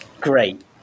great